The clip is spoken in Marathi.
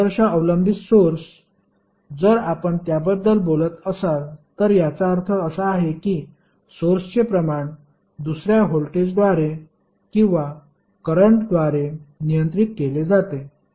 तर आदर्श अवलंबित सोर्स जर आपण त्याबद्दल बोलत असाल तर याचा अर्थ असा आहे की सोर्सचे प्रमाण दुसर्या व्होल्टेजद्वारे किंवा करंटद्वारे नियंत्रित केले जाते